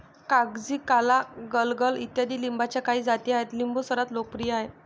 कागजी, काला, गलगल इत्यादी लिंबाच्या काही जाती आहेत लिंबू सर्वात लोकप्रिय आहे